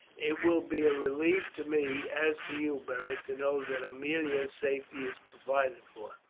it will be a relief to me as to you, beric, to know that aemilia's safety is provided for.